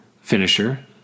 Finisher